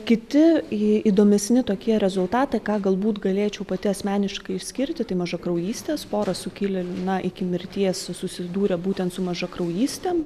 kiti į įdomesni tokie rezultatai ką galbūt galėčiau pati asmeniškai išskirti tai mažakraujystės pora sukilėl na iki mirties susidūrė būtent su mažakraujystėm